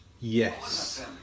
Yes